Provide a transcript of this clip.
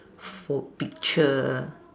food picture